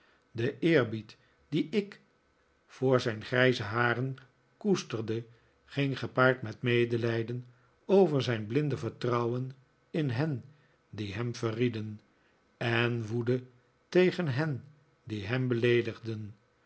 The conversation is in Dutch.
de eerbied dien ik voor zijn grijze haren koesterde ging gepaard met medelijden over zijn blinde vertrouwen in hen die hem verrieden en woede tegen hen die hem beleedigden